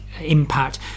impact